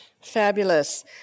Fabulous